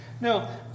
Now